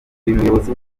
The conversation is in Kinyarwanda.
umuyobozi